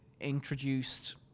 introduced